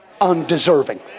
undeserving